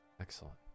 Excellent